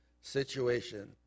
situation